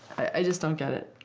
i just don't get it.